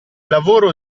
lavoro